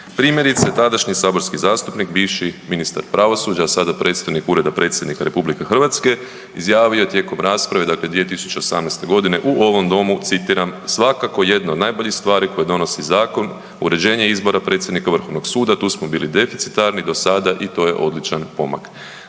Primjerice tadašnji saborski zastupnik i bivši ministar pravosuđa, a sada predstojnik ureda predsjednika RH izjavio je tijekom rasprave, dakle 2018.g. u ovom domu, citiram: Svakako jedna od najboljih stvari koje donosi zakon je uređenje izbora predsjednika vrhovnog suda, tu smo bili deficitarni do sada i to je odličan pomak.